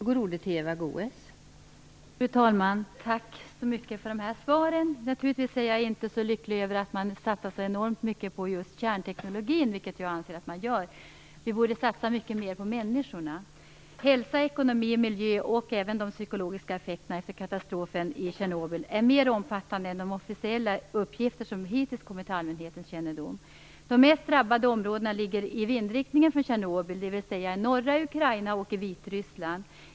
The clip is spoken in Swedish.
Fru talman! Jag tackar för svaren. Naturligtvis är jag inte så lycklig över att man satsar så enormt mycket på kärnteknologin, vilket jag anser att man gör. Vi borde satsa mer på människorna. Effekterna på hälsa, ekonomi, miljö och även de psykologiska effekterna efter katastrofen i Tjernobyl är mer omfattande än de officiella uppgifter som hittills kommit till allmänhetens kännedom har visat. De mest drabbade områdena ligger i vindriktningen från Tjernobyl, dvs. i norra Ukraina och Vitryssland.